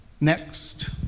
Next